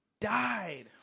died